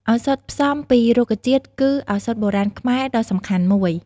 ឱសថផ្សំពីរុក្ខជាតិគឺឱសថបុរាណខ្មែរដ៏សំខាន់មួយ។